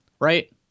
right